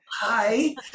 hi